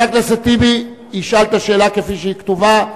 חבר הכנסת טיבי ישאל את השאלה כפי שהיא כתובה.